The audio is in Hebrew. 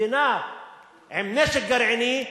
מדינה עם נשק גרעיני,